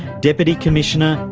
deputy commissioner,